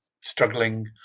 struggling